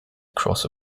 across